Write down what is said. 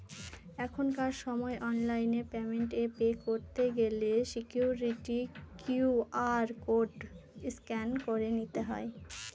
এখনকার সময় online payment এ পে করতে গেলে সিকুইরিটি কিউ.আর কোড স্ক্যান করে নিতে হবে